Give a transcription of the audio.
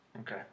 Okay